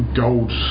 gold